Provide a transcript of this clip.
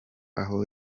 aho